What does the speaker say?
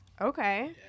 Okay